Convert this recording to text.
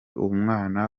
umwana